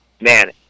man